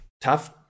tough